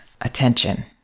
attention